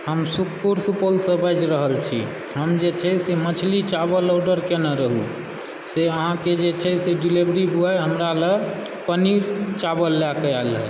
हम सुखपुर सुपौलसँ बाजि रहल छी हम जे छै से मछली चावल ऑर्डर कयने रहु से अहाँकेँ जे छै से डिलेवरी बॉय हमरा लग पनीर चावल लएकऽ आयल हँ